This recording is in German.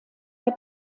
der